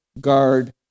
guard